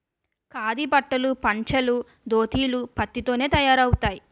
ఖాదీ బట్టలు పంచలు దోతీలు పత్తి తోనే తయారవుతాయి